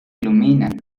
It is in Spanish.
iluminan